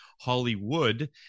Hollywood